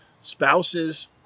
spouses